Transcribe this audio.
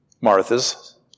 Martha's